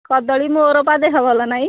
କଦଳୀ ମୋର ପା ଦେହ ଭଲ ନାହିଁ